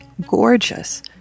gorgeous